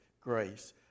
grace